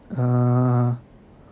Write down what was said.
ah